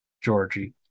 Georgie